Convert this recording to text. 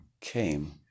came